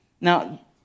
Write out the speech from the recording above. Now